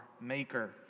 maker